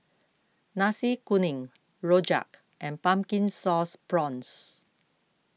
Nasi Kuning Rojak and Pumpkin Sauce Prawns